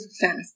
fast